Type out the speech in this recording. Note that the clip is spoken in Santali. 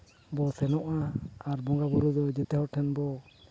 ᱵᱚ ᱥᱮᱱᱚᱜᱼᱟ ᱟᱨ ᱵᱚᱸᱜᱟ ᱵᱩᱨᱩ ᱫᱚ ᱡᱚᱛᱚ ᱦᱚᱲ ᱴᱷᱮᱱ ᱵᱚ